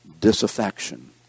disaffection